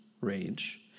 rage